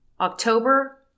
October